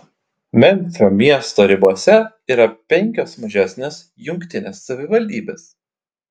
memfio miesto ribose yra penkios mažesnės jungtinės savivaldybės